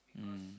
mm